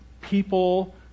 people